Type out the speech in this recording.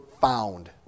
found